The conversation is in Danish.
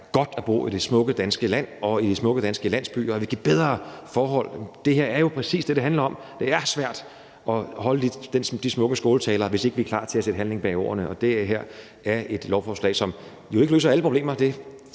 godt at bo i det smukke danske land og i de smukke danske landsbyer, og at de vil give dem bedre forhold. Det her er jo præcis det, det handler om. Det er svært at holde de smukke skåltaler, hvis ikke vi er klar til at sætte handling bag ordene. Det her er et lovforslag, som jo ikke løser alle problemer